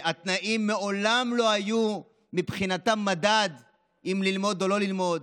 שהתנאים מעולם לא היו מבחינתם מדד אם ללמוד או לא ללמוד,